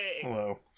Hello